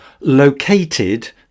located